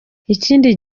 ikindi